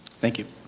thank you.